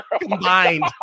Combined